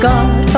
God